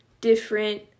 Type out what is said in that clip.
different